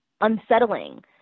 unsettling